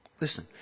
Listen